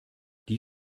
die